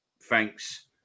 thanks